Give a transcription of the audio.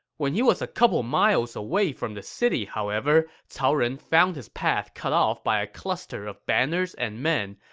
when he was a couple miles away from the city, however, cao ren found his path cut off by a cluster of banners and men,